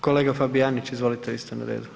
Kolega Fabijanić izvolite, vi ste na redu.